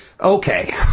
Okay